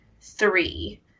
three